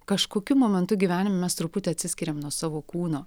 kažkokiu momentu gyvenime mes truputį atsiskiriam nuo savo kūno